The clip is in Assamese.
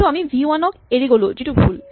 কিন্তু আমি ভি ৱান ক এৰি গ'লো যিটো ভুল